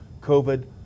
COVID